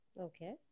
Okay